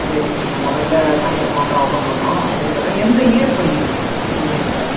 சரி நீங்கள் முதல்ல தனி அக்கௌண்ட்டை ஓப்பன் பண்ணும் அது இருக்கட்டும் எந்த இயர் படிக்கிறீங்க இன்ஜினியரிங்யில்